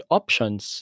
options